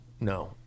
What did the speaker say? No